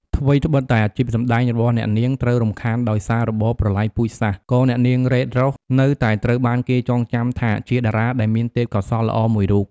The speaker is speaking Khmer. ថ្វីត្បិតតែអាជីពសម្តែងរបស់អ្នកនាងត្រូវរំខានដោយសាររបបប្រល័យពូជសាសន៍ក៏ អ្នកនាង រ៉េត រ៉ូស នៅតែត្រូវបានគេចងចាំថាជាតារាដែលមានទេពកោសល្យល្អមួយរូប។